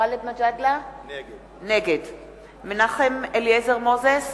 גאלב מג'אדלה, נגד מנחם אליעזר מוזס,